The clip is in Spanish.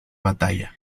batalla